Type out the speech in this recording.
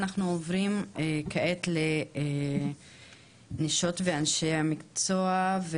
אנחנו עוברים כעת לנשות ואנשי המקצוע,